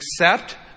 accept